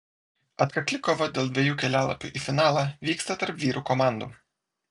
atkakli kova dėl dviejų kelialapių į finalą vyksta tarp vyrų komandų